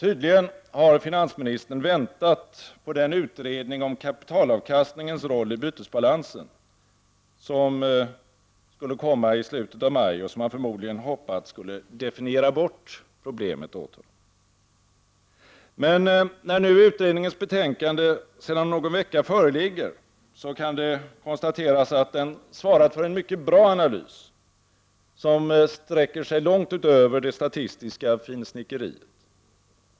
Tydligen har finansministern väntat på den utredning om kapitalavkastningens roll i bytesbalansen som skulle komma i slutet av maj och som han förmodligen hoppats skulle definiera bort problemet åt honom. Men när nu utredningens betänkande sedan någon vecka föreligger, kan det konstateras att utredningen svarat för en mycket bra analys, som sträcker sig långt utöver det statistiska finsnickeriet.